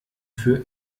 für